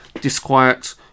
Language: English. disquiet